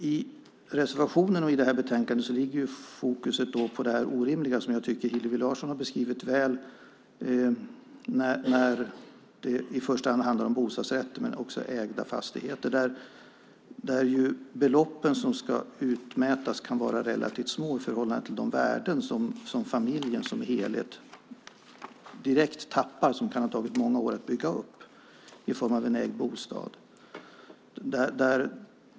I reservationen och i det här betänkandet ligger fokus på det orimliga i att de belopp som ska utmätas kan vara relativt små i förhållande till de värden som familjen som helhet direkt tappar och som kanske har tagit många år att bygga upp i form av en ägd bostad och som Hillevi Larsson beskrev väl i första hand när det handlar om bostadsrätter men även ägda fastigheter.